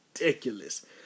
ridiculous